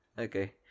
okay